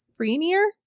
Frenier